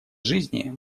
жизни